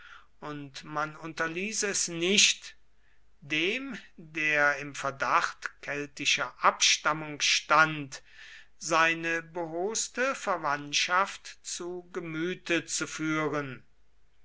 und man unterließ es nicht dem der im verdacht keltischer abstammung stand seine behoste verwandtschaft zu gemüte zu führen